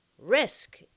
risk